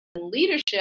leadership